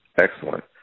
Excellent